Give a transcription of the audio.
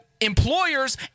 Employers